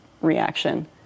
reaction